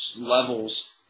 levels